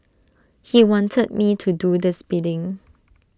he wanted me to do this bidding